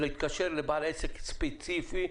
להתקשר לבעל עסק ספציפי,